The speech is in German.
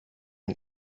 ein